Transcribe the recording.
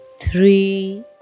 three